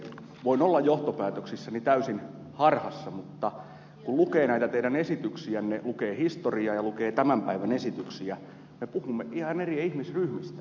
voin olla johtopäätöksissäni täysin harhassa mutta kun lukee näitä teidän esityksiänne lukee historiaa ja lukee tämän päivän esityksiä me puhumme ihan eri ihmisryhmistä